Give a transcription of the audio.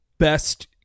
best